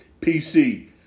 PC